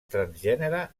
transgènere